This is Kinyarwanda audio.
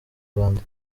rwanda